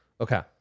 Okay